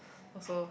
also